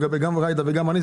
גם ג'ידא גם אני,